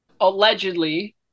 allegedly